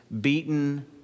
beaten